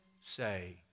say